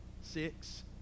six